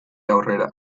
aurrera